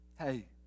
Hey